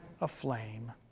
aflame